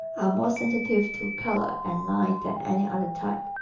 more sensitive to color and line than any other type.